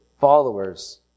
followers